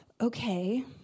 okay